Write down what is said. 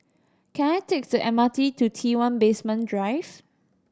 can I take the M R T to T One Basement Drive